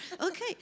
Okay